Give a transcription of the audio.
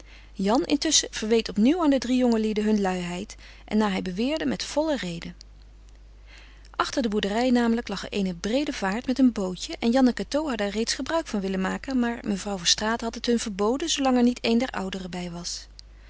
jan intusschen verweet opnieuw aan de drie jongelieden hun luiheid en naar hij beweerde met volle reden achter de boerderij namelijk lag eene breede vaart met een bootje en jan en cateau hadden er reeds gebruik van willen maken maar mevrouw verstraeten had het hun verboden zoolang er niet een der ouderen bij was